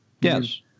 Yes